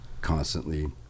constantly